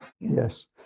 Yes